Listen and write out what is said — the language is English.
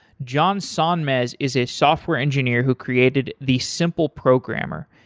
john sonmez is a software engineer who created the simple programmer,